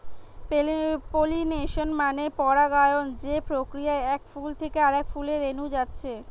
pollination মানে পরাগায়ন যে প্রক্রিয়ায় এক ফুল থিকে আরেক ফুলে রেনু যাচ্ছে